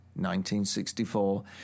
1964